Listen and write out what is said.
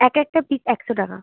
এক একটা পিস একশো টাকা